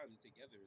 together